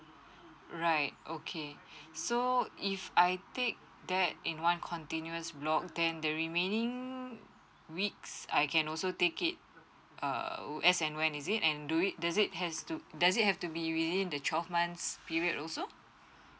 right okay so if I take that in one continuous block then the remaining weeks I can also take it err as and when is it and do it does it has to does it have to be within the twelve months period also